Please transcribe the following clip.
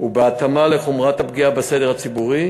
ובהתאמה לחומרת הפגיעה בסדר הציבורי,